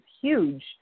huge